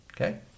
okay